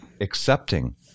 accepting